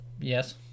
Yes